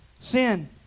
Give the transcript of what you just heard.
Sin